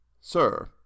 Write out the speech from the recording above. Sir